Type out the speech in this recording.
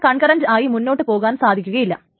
ഇതിന് കൺകറന്റ് ആയി മുന്നോട്ടു പോകുവാൻ സാധിക്കുകയില്ല